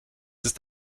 ist